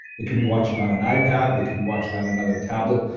they could be watching on an ipad, they could be watching on another tablet,